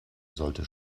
sollte